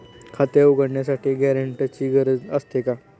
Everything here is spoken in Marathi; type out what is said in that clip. खाते उघडण्यासाठी गॅरेंटरची गरज असते का?